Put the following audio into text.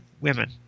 women